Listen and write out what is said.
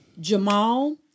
Jamal